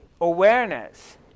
awareness